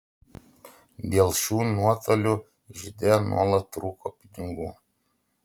dėl šių nuotolių ižde nuolat trūko pinigų